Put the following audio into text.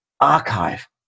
archive